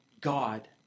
God